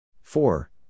Four